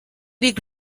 dic